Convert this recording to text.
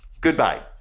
Goodbye